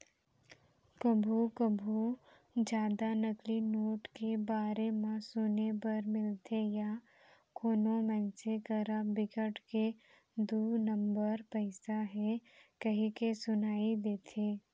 कभू कभू जादा नकली नोट के बारे म सुने बर मिलथे या कोनो मनसे करा बिकट के दू नंबर पइसा हे कहिके सुनई देथे